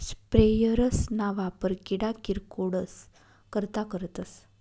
sprayers ना वापर किडा किरकोडस करता करतस